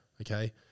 okay